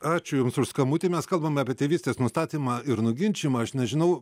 ačiū jums už skambutį mes kalbame apie tėvystės nustatymą ir nuginčijimą aš nežinau